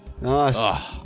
Nice